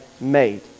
made